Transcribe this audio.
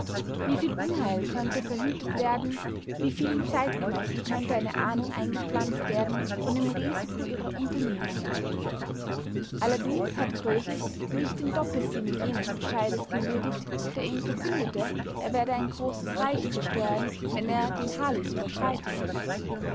wie viel unheil könnte verhütet werden wie vielen zeitgenossen könnte eine ahnung eingepflanzt werden von dem risiko ihrer unternehmungen allerdings hat krösus nicht den doppelsinn jenes bescheides gewürdigt der ihm verkündete er werde ein großes reich zerstören wenn er den halys überschreite